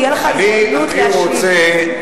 תהיה לך הזדמנות להשיב אם תרצה,